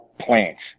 plants